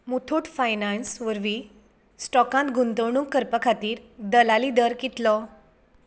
Muthoot finance वरवीं स्टॉकांत गुंतवणूक करपा खातीर दलाली दर कितलो